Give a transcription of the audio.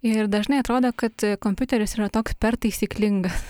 ir dažnai atrodo kad kompiuteris yra toks per taisyklingas